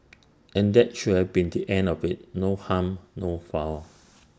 and that should have been the end of IT no harm no foul